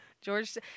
George